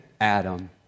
Adam